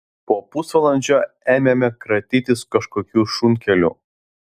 po pusvalandžio ėmėme kratytis kažkokiu šunkeliu